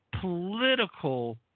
political